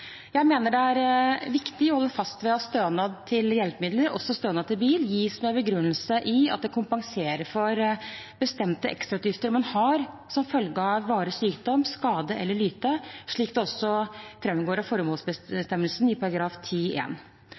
Jeg mener det er viktig å holde fast ved at stønad til hjelpemidler – også stønad til bil – gis med begrunnelse i at det kompenserer for bestemte ekstrautgifter man har som følge av varig sykdom, skade eller lyte, slik det framgår av formålsbestemmelsen i